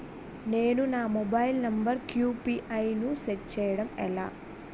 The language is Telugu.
నేను నా మొబైల్ నంబర్ కుయు.పి.ఐ ను సెట్ చేయడం ఎలా?